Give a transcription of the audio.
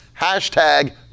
Hashtag